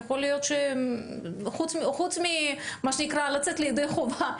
יכול להיות שחוץ מאשר מה שנקרא לצאת ידי חובה,